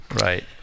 Right